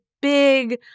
big